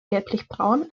gelblichbraun